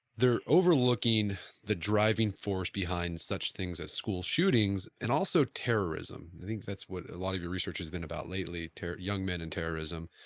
they're overlooking the driving force behind such things as school shootings and also terrorism. i think that's what a lot of your research has been about lately, young men and terrorism.